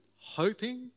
hoping